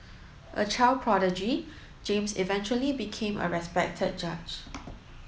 a child prodigy James eventually became a respected judge